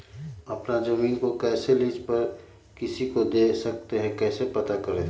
अपना जमीन को कैसे लीज पर किसी को दे सकते है कैसे पता करें?